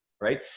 right